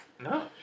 No